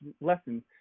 lessons